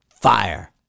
Fire